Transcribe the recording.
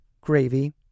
gravy